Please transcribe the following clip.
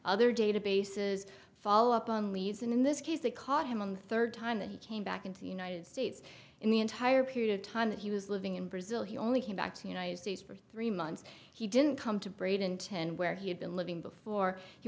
other databases follow up on leads and in this case they caught him on the third time that he came back into the united states in the entire period of time that he was living in brazil he only came back to the united states for three months he didn't come to breed in ten where he had been living before